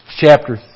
Chapter